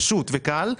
פשוט וקל,